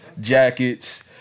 jackets